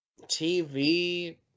TV